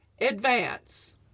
advance